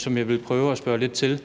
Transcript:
som jeg vil prøve at spørge lidt til,